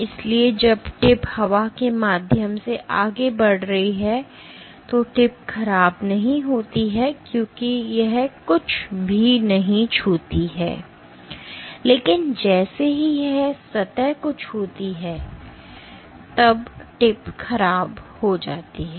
इसलिए जब टिप हवा के माध्यम से आगे बढ़ रही है तो टिप ख़राब नहीं होती है क्योंकि यह कुछ भी नहीं छूती है लेकिन जैसे ही यह सतह को छूती है तब टिप ख़राब हो जाती है